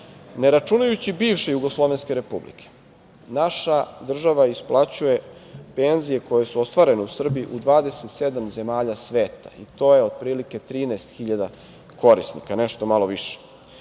ne računajući bivše jugoslovenske republike, naša država isplaćuje penzije koje su ostvarene u Srbiji u 27 zemalja sveta i to je, otprilike 13.000 korisnika, nešto malo više.